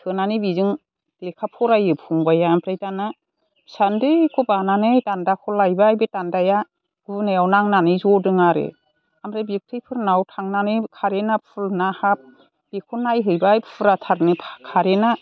सोनानै बेजों लेखा फरायो फंबाइया आमफ्राय दाना फिसा उन्दैखौ बानानै दान्दाखौ लायबाय बे दान्दाया गुनायाव नांनानै जदों आरो आमफ्राय बिबथैफोरनाव थांनानै कारेना फुल ना हाफ बेखौ नायहैबाय फुराथारनो कारेना